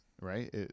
right